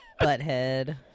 butthead